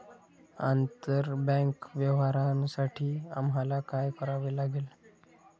आंतरबँक व्यवहारांसाठी आम्हाला काय करावे लागेल?